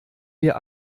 wir